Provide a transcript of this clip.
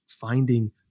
finding